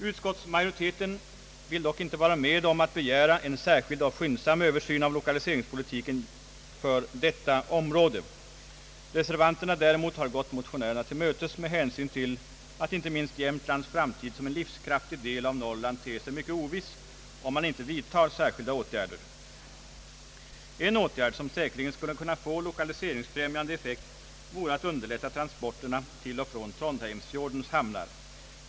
Utskottsmajoriteten vill dock inte vara med om att begära en särskild och skyndsam översyn av lokaliseringspolitiken för detta område. Reservanterna däremot har gått motionärerna till mötes med hänsyn till att inte minst Jämtlands framtid som en livskraftig del av Norrland ter sig mycket oviss om man inte vidtar särskilda åtgärder. En åtgärd som säkerligen skulle kunna få 1okaliseringsfrämjande effekt vore att underlätta transporterna till och från Trondheimsfjordens hamnar.